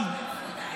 שלהם בסלון.